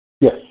Yes